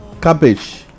cabbage